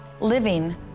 living